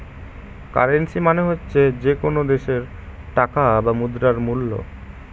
currency মানে হচ্ছে যে কোনো দেশের টাকা বা মুদ্রার মুল্য